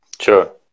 Sure